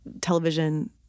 television